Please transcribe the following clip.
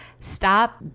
Stop